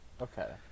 Okay